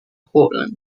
portland